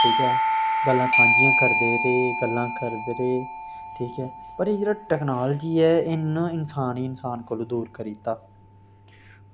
ठीक ऐ गल्लां सांझियां करदे रेह् गल्लां करदे रेह् रेह् ठीक पर एह् जेह्ड़ी टेक्नोलॉज़ी ऐ इन्न इंसान गी इंसान कोला दूर करी दित्ता